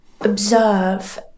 observe